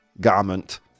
garment